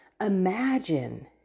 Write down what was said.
imagine